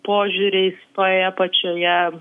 požiūriais toje pačioje